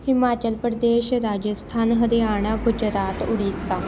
Himachal Pradesh Rajasthan Haryana Gujarat Orissa